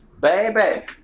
Baby